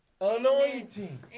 Anointing